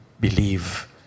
believe